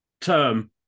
term